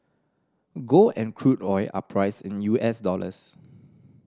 gold and crude oil are priced in U S dollars